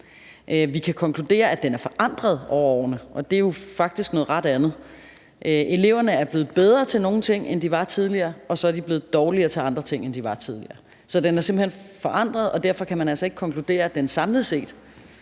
Vi kan konkludere, at den er forandret over årene, og det er jo faktisk noget helt andet. Eleverne er blevet bedre til nogle ting, end de var tidligere, og de er blevet dårligere til andre ting, end de var tidligere. Så den er simpelt hen forandret, og derfor kan man altså ikke konkludere, at den samlet set